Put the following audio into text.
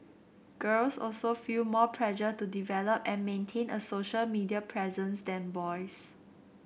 girls also feel more pressure to develop and maintain a social media presence than boys